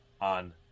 on